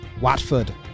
Watford